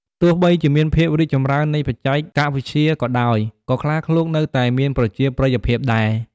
ទោះបីជាមានភាពរីកចម្រើននៃបច្ចេកវិទ្យាក៏ដោយ ក៏ខ្លាឃ្លោកនៅតែមានប្រជាប្រិយភាពដែរ។